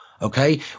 Okay